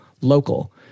local